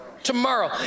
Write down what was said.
tomorrow